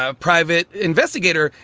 ah private investigator.